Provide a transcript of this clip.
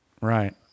Right